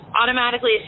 automatically